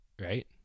right